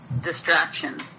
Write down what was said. distraction